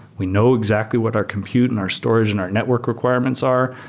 we know exactly what our compute and our storage and our network requirements are.